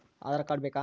Aadhaar card ಬೇಕಾ?